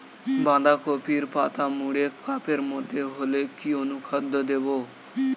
বাঁধাকপির পাতা মুড়ে কাপের মতো হলে কি অনুখাদ্য দেবো?